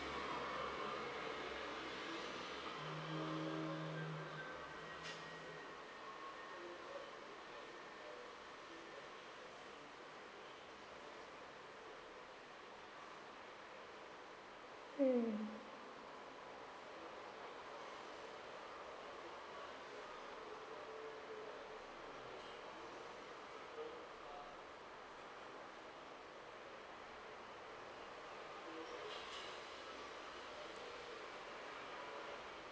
mm